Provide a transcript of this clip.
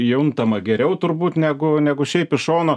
juntama geriau turbūt negu negu šiaip iš šono